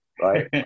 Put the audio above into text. Right